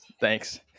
Thanks